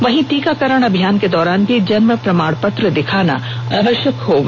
वहीं टीकाकरण अभियान के दौरान भी जन्म प्रमाण पत्र दिखाना आवश्यक होगा